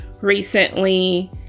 recently